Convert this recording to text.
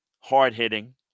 Hard-hitting